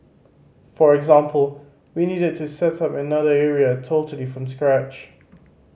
for example we needed to set up at another area totally from scratch